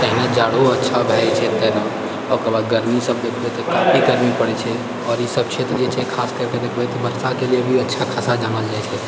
तहिना जाड़ो अच्छा भए जाइत छै ओकर बाद गर्मी सब देखबै तऽ काफी गर्मी पड़ैत छै आओर ई सब क्षेत्र जे खास करिके देखबै तऽ बरसाके लिए भी अच्छा खासा जानल जाइत छै